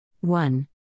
One